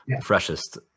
freshest